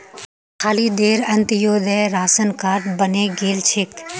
खालिदेर Antyodaya ration card बने गेल छेक